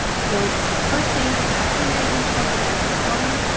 so first thing after you identify the anchor columns,